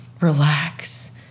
relax